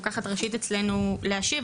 רוקחת ראשית אצלנו להשיב,